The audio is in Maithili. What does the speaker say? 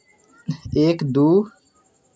एक दू